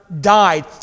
died